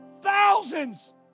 Thousands